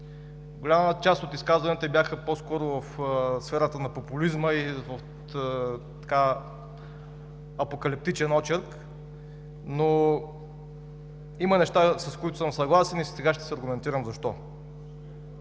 Голяма част от изказването беше по-скоро в сферата на популизма и като апокалиптичен очерк, но има неща, с които съм съгласен, и сега ще се аргументирам защо.